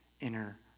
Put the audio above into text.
inner